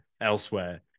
elsewhere